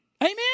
Amen